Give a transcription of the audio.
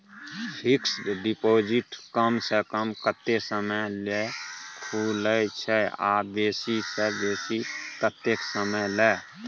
Fixed deposit कम स कम कत्ते समय ल खुले छै आ बेसी स बेसी केत्ते समय ल?